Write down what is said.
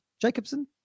Jacobson